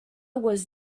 was